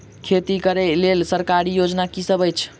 खेती करै लेल सरकारी योजना की सब अछि?